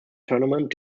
tournament